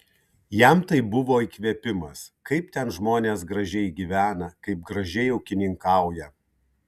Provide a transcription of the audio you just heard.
jam tai buvo įkvėpimas kaip ten žmonės gražiai gyvena kaip gražiai ūkininkauja